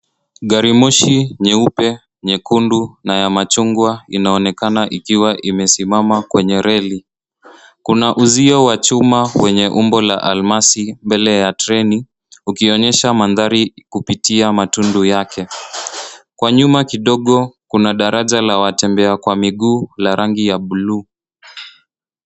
Garimoshi nyeupe, nyekundu na ya machungwa inaonekana ikiwa imesimama kwenye reli. Kuna uzio wa chuma wenye umbo la almasi mbele ya treni ukionyesha mandhari kupitia matundu yake. Kwa nyuma kidogo kuna daraja la watembea kwa miguu la rangi ya bluu.